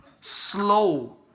Slow